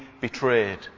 betrayed